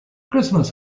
christmas